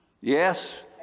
Yes